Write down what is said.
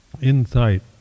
insight